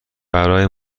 برای